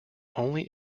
only